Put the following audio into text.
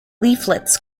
leaflets